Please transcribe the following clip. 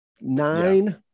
Nine